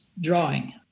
drawing